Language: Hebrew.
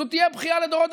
זו תהיה בכייה לדורות.